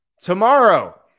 Tomorrow